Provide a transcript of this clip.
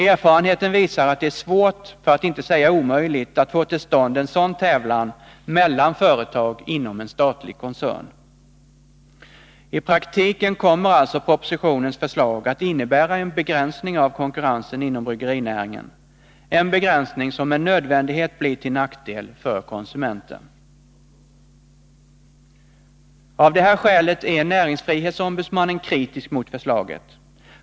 Erfarenheten visar att det är svårt, för att inte säga omöjligt, att få till stånd en sådan tävlan mellan företag inom en statlig koncern. I praktiken kommer alltså propositionens förslag att innebära en begränsning av konkurrensen inom bryggerinäringen, en begränsning som med nödvändighet blir till nackdel för konsumenten. Av det skälet är näringsfrihetsombudsmannen kritisk mot förslaget.